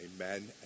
amen